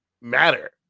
matter